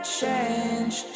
change